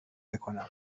بکنم